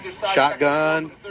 Shotgun